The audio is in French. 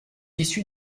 issu